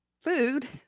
food